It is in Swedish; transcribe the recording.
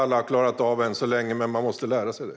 Alla har inte klarat av det än, men man måste lära sig det.